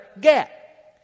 get